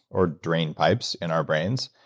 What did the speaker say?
or drain pipes in our brains.